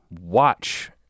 watch